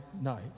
night